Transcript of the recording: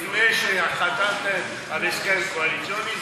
לפני שחתמת על הסכם קואליציוני,